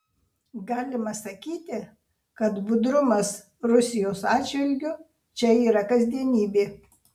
galima sakyti kad budrumas rusijos atžvilgiu čia yra kasdienybė